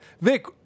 Vic